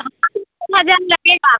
लगेगा